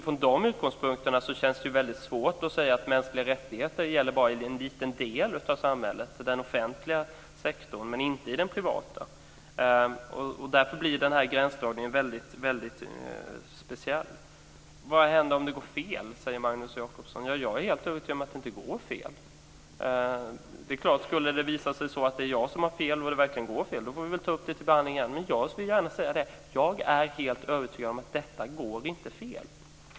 Från de utgångspunkterna känns det svårt att säga att mänskliga rättigheter bara gäller inom en liten del av samhället, inom den offentliga sektorn - inte inom den privata sektorn. Därför blir den här gränsdragningen väldigt speciell. Vad händer om det går fel? frågar Magnus Jacobsson. Jag är helt övertygad om att det inte går fel. Skulle det visa sig att jag har fel och det verkligen går fel får vi väl ta upp detta till behandling igen. Men jag är helt övertygad om att detta inte går fel.